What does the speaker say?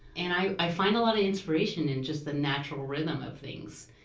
and i i find a lot of inspiration in just the natural rhythm of things,